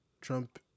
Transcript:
Trump